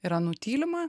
yra nutylima